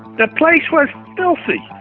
the place was filthy.